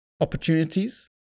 opportunities